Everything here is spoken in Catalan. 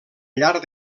llarg